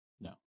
no